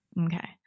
okay